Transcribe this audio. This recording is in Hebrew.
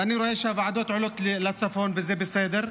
ואני רואה שהוועדות עולות לצפון, וזה בסדר,